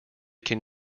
can